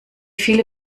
viele